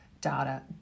data